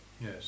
Yes